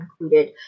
included